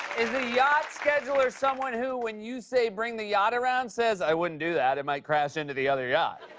is a yacht scheduler someone who, when you say, bring the yacht around, says, i wouldn't do that. it might crash into the other yacht?